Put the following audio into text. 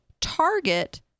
target